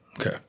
Okay